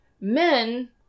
Men